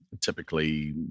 typically